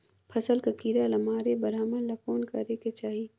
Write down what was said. फसल कर कीरा ला मारे बर हमन ला कौन करेके चाही?